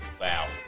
Wow